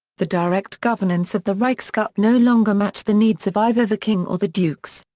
the direct governance of the reichsgut no longer matched the needs of either the king or the dukes.